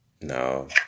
No